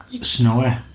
Snowy